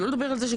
שלא לדבר על זה,